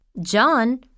John